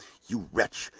you wretch,